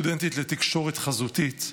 סטודנטית לתקשורת חזותית.